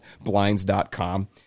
blinds.com